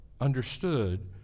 understood